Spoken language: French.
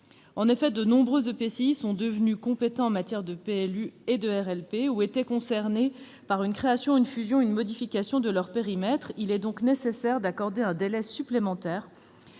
En effet, de nombreux EPCI sont devenus compétents en matière de PLU et de RLP ou sont concernés par une création, une fusion ou une modification de leur périmètre. Il est donc nécessaire d'accorder un délai supplémentaire